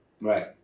Right